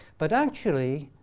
but actually,